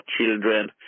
children